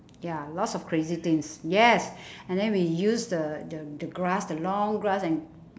ya lots of crazy things yes and then we use the the the grass the long grass and